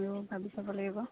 ও ভাবি চাব লাগিব